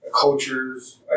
cultures